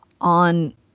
on